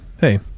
hey